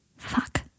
Fuck